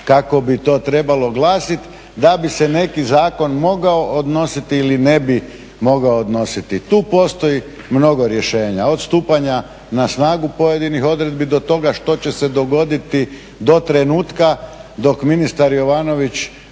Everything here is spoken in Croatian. kako bi to trebalo glasiti da bi se neki zakon mogao odnositi ili ne bi mogao odnositi. Tu postoji mnogo rješenja, od stupanja na snagu pojedinih odredbi do toga što će se dogoditi do trenutka dok ministar Jovanović